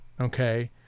okay